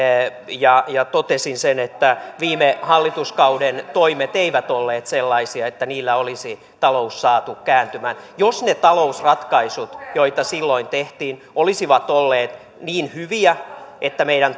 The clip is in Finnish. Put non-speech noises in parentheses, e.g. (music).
ja ja totesin sen että viime hallituskauden toimet eivät olleet sellaisia että niillä olisi talous saatu kääntymään jos ne talousratkaisut joita silloin tehtiin olisivat olleet niin hyviä että meidän (unintelligible)